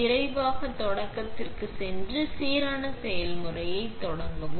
விரைவான தொடக்கத்திற்குச் சென்று சீரற்ற செயல்முறையைத் தொடங்கவும்